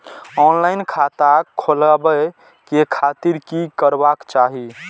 Online खाता खोलाबे के खातिर कि करबाक चाही?